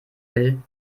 will